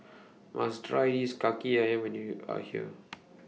must Try IS Kaki Ayam when YOU Are here